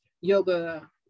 yoga